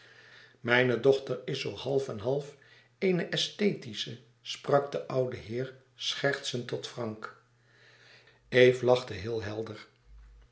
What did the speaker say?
mijne dochter is zoo half en half eene esthetische sprak de oude heer schertsend tot frank eve lachte heel helder